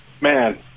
man